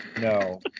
No